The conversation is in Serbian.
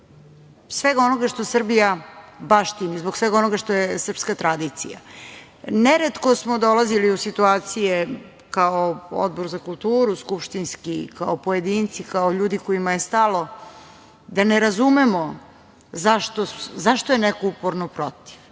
svega onoga što Srbija baštini, zbog svega onoga što je srpska tradicija. Neretko smo dolazili u situacije, kao Odbor za kulturu skupštinski, kao pojedinci, kao ljudima kojima je stalo, da ne razumemo zašto je neko uporno protiv.